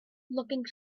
looking